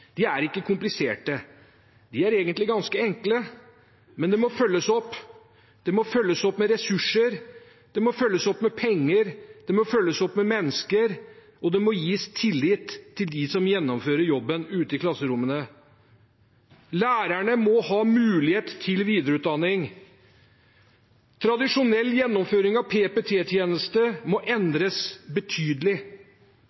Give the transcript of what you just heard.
er ikke kompliserte. De er egentlig ganske enkle, men det må følges opp. Det må følges opp med ressurser, det må følges opp med penger, det må følges opp med mennesker, og det må gis tillit til dem som gjennomfører jobben ute i klasserommene. Lærerne må ha mulighet til videreutdanning. Tradisjonell gjennomføring av PPT-tjeneste må